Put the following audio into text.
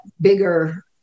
bigger